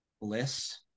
bliss